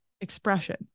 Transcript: expression